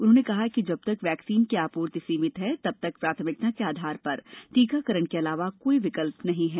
उन्होंने कहा कि जब तक वैक्सीन की आपूर्ति सीमित है तब तक प्राथमिकता के आधार पर टीकाकरण के अलावा कोई विकल्प नहीं है